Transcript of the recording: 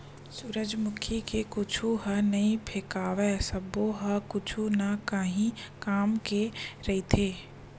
सूरजमुखी के कुछु ह नइ फेकावय सब्बो ह कुछु न काही काम के रहिथे